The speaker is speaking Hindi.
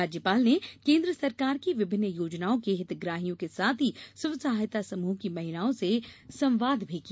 राज्यपाल ने केंद्र सरकार की विभिन्न योजनाओं के हितग्राहियों के साथ ही स्वसहायता समूहों की महिलाओं से संवाद भी किया